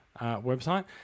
website